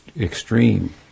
extreme